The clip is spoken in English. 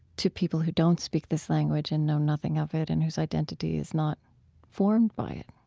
to people who don't speak this language and know nothing of it and whose identity is not formed by it?